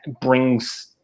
brings